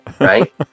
Right